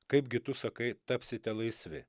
kaipgi tu sakai tapsite laisvi